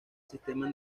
sistema